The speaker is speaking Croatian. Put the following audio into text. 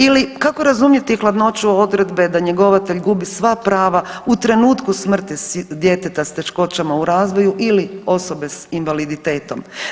Ili, kako razumjeti hladnoću odredbe da njegovatelj gubi sva prava u trenutku smrti djeteta s teškoćama u razvoju ili osobe s invaliditetom?